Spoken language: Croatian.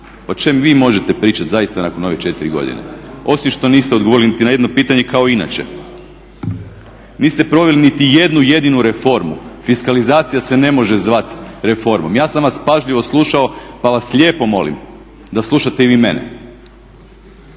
O čem vi možete pričat zaista nakon ove 4 godine, osim što niste odgovorili niti na jedno pitanje kao ni inače. Niste proveli niti jednu jedinu reformu, fiskalizacija se ne može zvat reformom. Ja sam vas pažljivo slušao pa vas lijepo molim da slušate i vi mene.